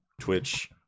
twitch